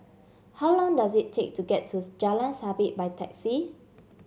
how long does it take to get to Jalan Sabit by taxi